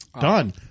Done